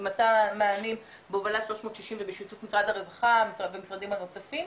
ומתן מענים בהובלת שלוש מאות ששים ובשיתוף משרד הרווחה ומשרדים נוספים.